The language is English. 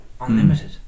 unlimited